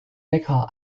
neckar